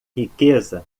riqueza